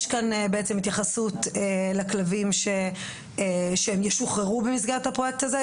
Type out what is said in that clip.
יש כאן בעצם התייחסות לכלבים שהם ישוחררו במסגרת הפרויקט הזה,